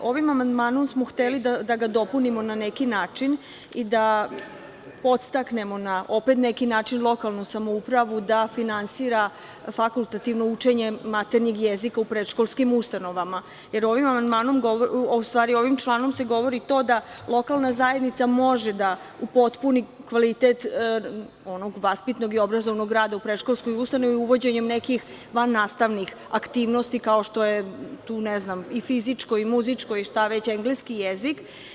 Ovim amandmanom smo hteli da ga dopunimo na neki način i da podstaknemo, opet na neki način, lokalnu samouporavu da finansira fakultativno učenje maternjeg jezika u predškolskim ustanovama, jer ovim članom se govori to da lokalna zajednica može da upotpuni kvalitet onog vaspitnog i obrazovnog rada u predškolskoj ustanovi uvođenjem nekih van nastavnih aktivnosti, kao što je tu i fizičko i muzičko i engleski jezik.